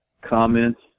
comments